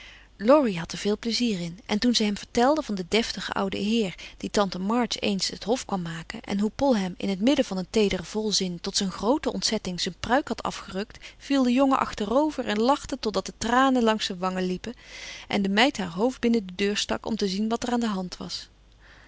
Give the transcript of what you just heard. had er veel plezier in en toen ze hem vertelde van den deftigen ouden heer die tante march eens het hof kwam maken en hoe poll hem in het midden van een teederen volzin tot zijn groote ontzetting zijn pruik had afgerukt viel de jongen achterover en lachte totdat de tranen langs zijn wangen liepen en de meid haar hoofd binnen de deur stak om te zien wat er aan de hand was